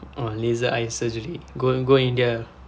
oh laser eye surgery go In~ go India